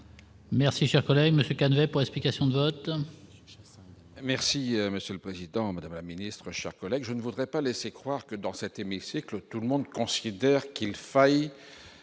Merci, cher collègue Monsieur Cannet pour explications de vote. Merci Monsieur le Président, Madame la Ministre, chers collègues, je ne voudrais pas laisser croire que dans cet hémicycle, tout le monde considère qu'il faille